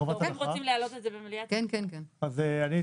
מחובת הנחה.